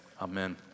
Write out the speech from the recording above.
amen